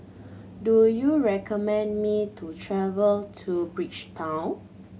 do you recommend me to travel to Bridgetown